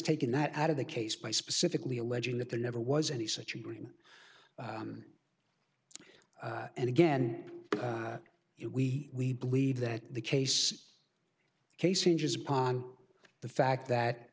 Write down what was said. taken that out of the case by specifically alleging that there never was any such agreement and again it we we believe that the case case inches upon the fact that